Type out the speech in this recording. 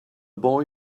boy